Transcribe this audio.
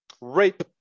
Rape